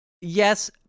Yes